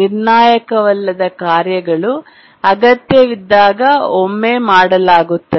ನಿರ್ಣಾಯಕವಲ್ಲದ ಕಾರ್ಯಗಳು ಅಗತ್ಯವಿದ್ದಾಗ ಒಮ್ಮೆ ಮಾಡಲಾಗುತ್ತದೆ